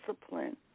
discipline